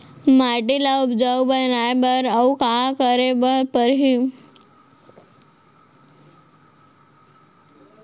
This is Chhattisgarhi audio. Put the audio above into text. माटी ल उपजाऊ बनाए बर अऊ का करे बर परही?